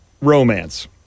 romance